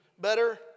better